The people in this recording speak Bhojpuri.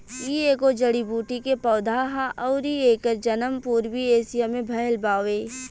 इ एगो जड़ी बूटी के पौधा हा अउरी एकर जनम पूर्वी एशिया में भयल बावे